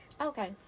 Okay